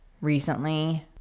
Recently